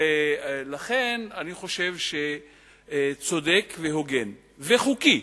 ולכן, אני חושב שצודק, הוגן וחוקי,